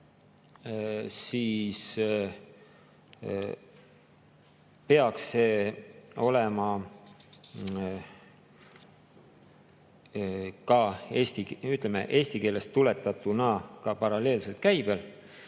siis peaks see olema, ütleme, eesti keelest tuletatuna ka paralleelselt käibel.